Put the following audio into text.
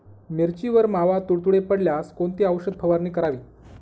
मिरचीवर मावा, तुडतुडे पडल्यास कोणती औषध फवारणी करावी?